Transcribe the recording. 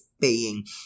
Paying